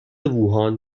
ووهان